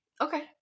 Okay